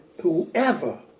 whoever